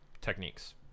techniques